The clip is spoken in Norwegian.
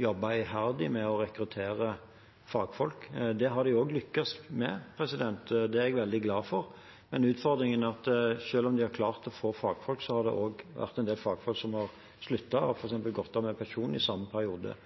jobbet iherdig med å rekruttere fagfolk. Det har de lykkes med, og det er jeg veldig glad for, men utfordringen er at selv om de har klart å få fagfolk, har det også vært en del fagfolk som har sluttet og f.eks. gått av med pensjon i samme periode.